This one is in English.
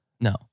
no